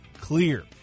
clear